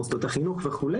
מוסדות החינוך וכו',